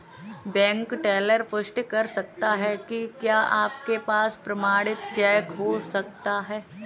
Bank teller पुष्टि कर सकता है कि क्या आपके पास प्रमाणित चेक हो सकता है?